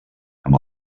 amb